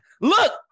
Look